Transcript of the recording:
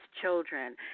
children